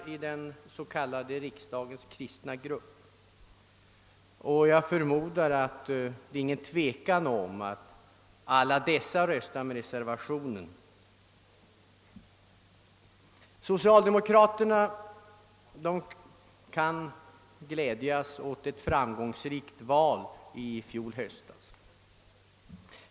Vi är 111 medlemmar i riksdagens kristna grupp, och det är väl inget tvivel om att alla dessa röstar för reservationen. Socialdemokraterna kan glädja sig åt ett framgångsrikt val i höstas.